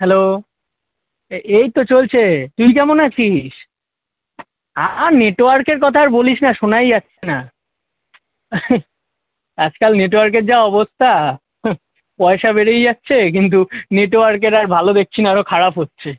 hello এই তো চলছে তুই কেমন আছিস আর নেটওয়ার্কের কথা আর বলিস না শোনাই যাচ্ছে না আজকাল নেটওয়ার্কের যা অবস্থা হুঃ পয়সা বেড়েই যাচ্ছে কিন্তু নেটওয়ার্কের আর ভালো দেখছি না আরো খারাপ হচ্ছে